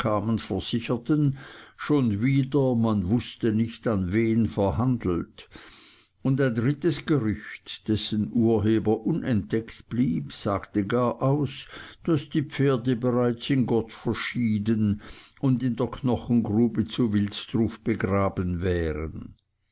versicherten schon wieder man wußte nicht an wen verhandelt und ein drittes gerücht dessen urheber unentdeckt blieb sagte gar aus daß die pferde bereits in gott verschieden und in der knochengrube zu wilsdruf begraben wären